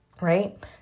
Right